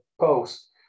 post